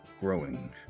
growing